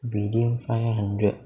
within five hundred